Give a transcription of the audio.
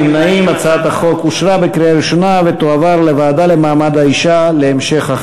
הצעת חוק למניעת הטרדה מינית (תיקון מס' 9) בבקשה.